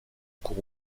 groupe